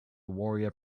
warrior